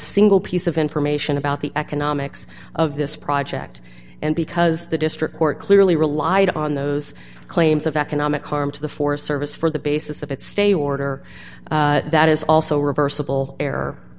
single piece of information about the economics of this project and because the district court clearly relied on those claims of economic harm to the forest service for the basis of its stay warder that is also reversible